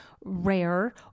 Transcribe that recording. rare